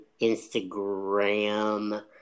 Instagram